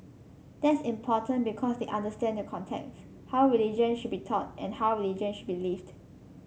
that's important because they understand the contexts how religion should be taught and how religion should be lived